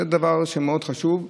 זה דבר מאוד חשוב.